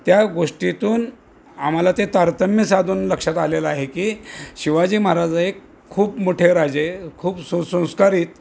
त्या गोष्टीतून आम्हाला ते तारतम्य साधून लक्षात आलेलं आहे की शिवाजी महाराज एक खूप मोठे राजे खूप सुसंस्कारित